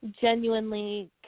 genuinely